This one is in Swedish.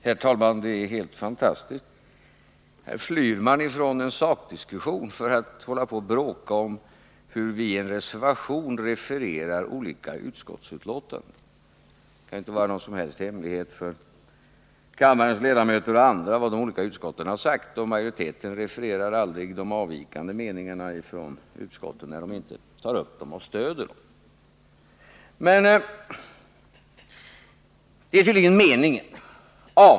Herr talman! Det är helt fantastiskt — här flyr man från en sakdiskussion för att bråka om hur vi i en reservation refererar olika utskottsbetänkanden! Det kan inte vara någon hemlighet för kammarens ledamöter och andra vad de olika utskotten har uttalat, och majoriteten refererar aldrig de avvikande meningarna från utskotten när de inte tar upp dem och stöder dem.